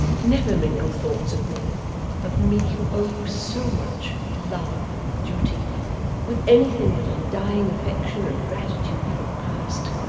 never mingle thoughts of me of me who owe you so much love and duty with anything but undying affection and gratitude for the past,